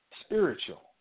spiritual